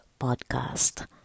podcast